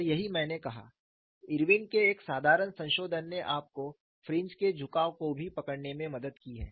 और यही मैंने कहा इरविन के एक साधारण संशोधन ने आपको फ्रिंज के झुकाव को भी पकड़ने में मदद की है